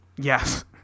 Yes